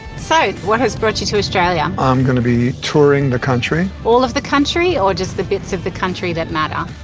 so, what has brought you to australia? i'm going to be touring the country. all of the country? or just the bits of the country that matter?